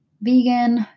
vegan